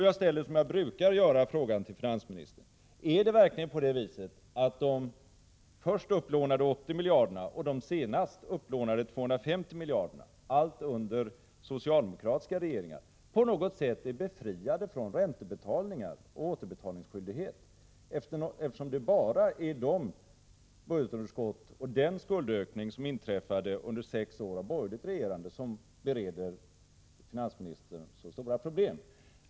Jag ställer, som jag brukar göra, frågan till finansministern: Är det verkligen på det viset att de först upplånade 80 miljarderna och de senast upplånade 250 miljarderna, allt under socialdemokratiska regeringar, på något sätt är befriade från räntebetalning och återbetalningsskyldighet, eftersom det bara är de budgetunderskott och den skuldökning som inträffat under sex år av borgerligt regerande som bereder finansministern så stora problem?